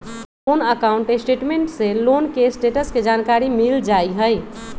loan account statement से loan के status के जानकारी मिल जाइ हइ